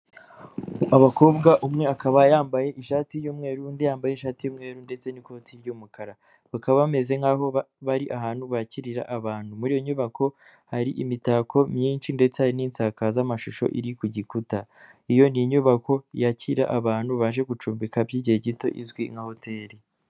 Abakobwa, umwe akaba yambaye ishati y'umweru undi yambaye ishati y'umweru ndetse n'ikoti ry'umukara, bakaba bameze nk'aho bari ahantu bakirira abantu, muri iyo nyubako hari imitako myinshi ndetse n'insakazamashusho iri ku gikuta, iyo ni inyubako yakira abantu baje gucumbika by'igihe gito izwi nka hoteli.